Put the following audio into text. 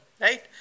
right